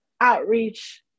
outreach